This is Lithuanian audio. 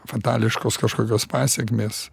fatališkos kažkokios pasekmės